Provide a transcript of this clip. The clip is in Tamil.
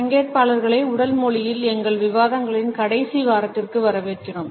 பங்கேற்பாளர்களை உடல் மொழியில் எங்கள் விவாதங்களின் கடைசி வாரத்திற்கு வரவேற்கிறோம்